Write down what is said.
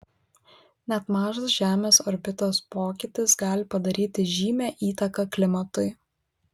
net mažas žemės orbitos pokytis gali padaryti žymią įtaką klimatui